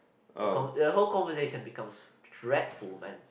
the con~ the whole conversation becomes dreadful man